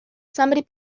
somebody